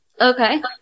Okay